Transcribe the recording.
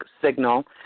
signal